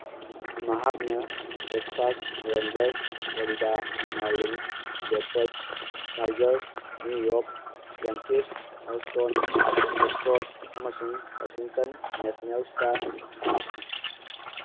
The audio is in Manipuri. ꯃꯍꯥꯛꯅ Texas Rangers Florida Marlins Detroit Tigers New York Yankees Houston Astros ꯑꯃꯁꯨꯡ ꯋꯥꯁꯤꯡꯇꯟ ꯅꯦꯁꯅꯦꯜꯁꯇ ꯁꯥꯟꯅꯈꯤ